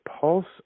pulse